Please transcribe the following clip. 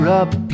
up